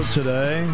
today